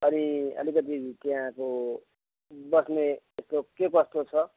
अनि अलिकति त्यहाँको बस्नेको के कस्तो छ